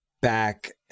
Back